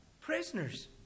prisoners